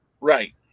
right